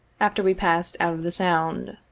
after we passed out of the sound.